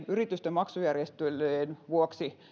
yritysten maksujärjestelyjen vuoksi